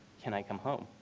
can i come home.